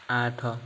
ଆଠ